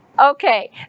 Okay